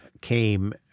came